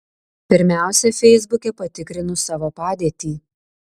pirmiausia feisbuke patikrinu savo padėtį